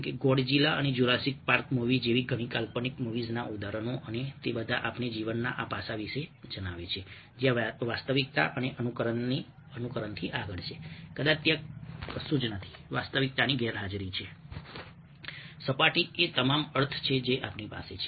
કે ગોડઝિલા અને Jurassic Park movies જેવી ઘણી કાલ્પનિક મૂવીઝના ઉદાહરણો અને તે બધા આપણને જીવનના આ પાસા વિશે જણાવે છે જ્યાં વાસ્તવિકતાના અનુકરણથી આગળ છે કદાચ ત્યાં કશું જ નથી વાસ્તવિકતાની ગેરહાજરી છે સપાટી એ તમામ અર્થ છે જે આપણી પાસે છે